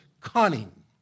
cunning